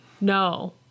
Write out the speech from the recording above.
No